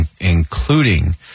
including